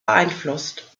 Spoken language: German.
beeinflusst